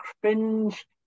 cringe